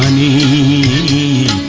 ie